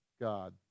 God